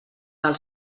del